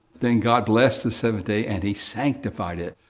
then god blessed the seventh day and he sanctified it.